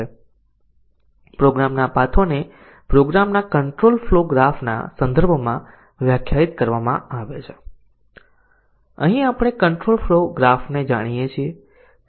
હવે ચાલો આને વધુ કાળજીપૂર્વક જોઈએ અને આપણે કેટલાક ઉદાહરણો પણ જોશું